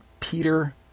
Peter